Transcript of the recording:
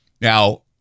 Now